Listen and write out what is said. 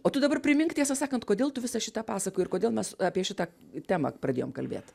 o tu dabar primink tiesą sakant kodėl tu visą šitą pasakoji ir kodėl mes apie šitą temą pradėjom kalbėt